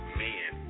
men